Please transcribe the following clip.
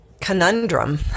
conundrum